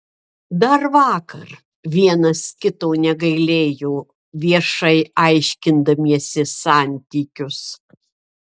dar vakar vienas kito negailėjo viešai aiškindamiesi santykius